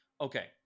Okay